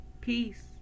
peace